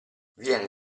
viene